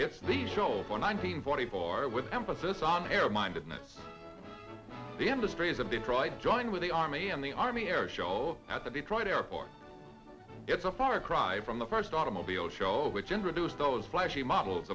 the show for nineteen forty four with emphasis on air mindedness the industry is a big pride join with the army and the army air show at the detroit airport it's a far cry from the first automobile show which introduced those flashy models